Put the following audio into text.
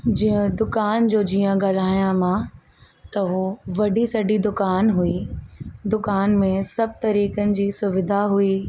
जीअं दुकान जो जीअं ॻल्हायां मां त हो वॾी सॼी दुकान हुई दुकान में सभु तरीक़नि जी सुविधा हुई